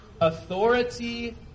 authority